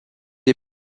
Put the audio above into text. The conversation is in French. est